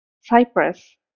Cyprus